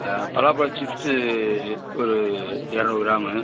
பலாப்பழ chips ஒரு இரநூறு gram